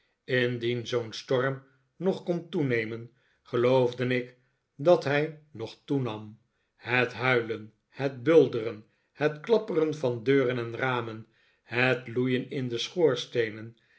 indien zoo'n storm nog kon toenemen geloof ik dat hij nog toenam het huilen en bulderen het klapperen van deuren en ramen het loeien in de schoorsteenen